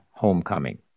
homecoming